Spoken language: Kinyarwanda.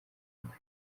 rwe